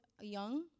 young